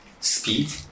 speed